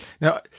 Now